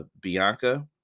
Bianca